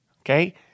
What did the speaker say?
okay